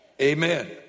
Amen